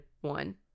one